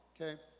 Okay